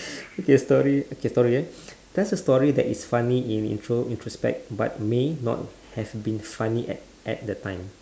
okay story okay story ah tell us a story that is funny in intro~ introspect but may not have been funny at at the time